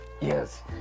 Yes